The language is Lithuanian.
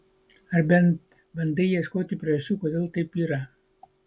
ar bent bandai ieškoti priežasčių kodėl taip yra